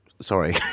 sorry